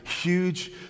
huge